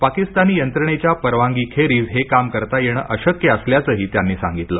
पाकिस्तानी यंत्रणेच्या परवानगी खेरीज हे काम करता येणे अशक्य असल्याचंही त्यांनी सांगितलं